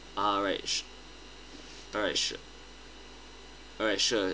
alright su~ alright sure alright sure